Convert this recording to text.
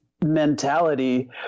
mentality